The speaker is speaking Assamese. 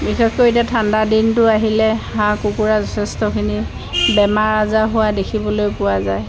বিশেষকৈ এতিয়া ঠাণ্ডা দিনটো আহিলে হাঁহ কুকুৰা যথেষ্টখিনি বেমাৰ আজাৰ হোৱা দেখিবলৈ পোৱা যায়